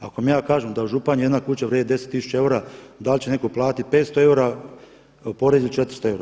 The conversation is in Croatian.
Ako vam ja kažem da u Županji jedna kuća vrijedi 10 tisuća eura, da li će netko platiti 500 eura ili porez od 400 eura.